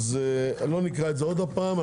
לא נקרא את זה עוד פעם.